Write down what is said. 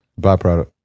Byproduct